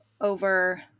over